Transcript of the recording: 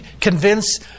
convince